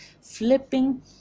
flipping